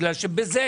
בגלל שבזה